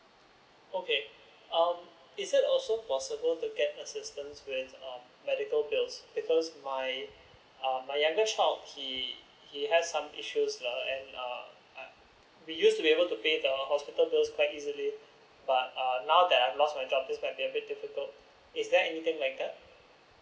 okay um is it also possible to get assistance with um medical bills because my um my youngest child he he has some issues lah and we used to be able to pay the hospital bills quite easily but now that I've lost my job this might be a bit difficult is there anything like that